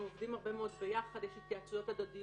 אנחנו עובדים הרבה מאוד יחד ויש הרבה התייעצות הדדיות